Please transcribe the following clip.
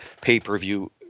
pay-per-view